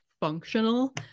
functional